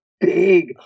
big